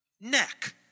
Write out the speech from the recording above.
neck